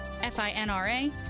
FINRA